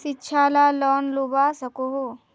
शिक्षा ला लोन लुबा सकोहो?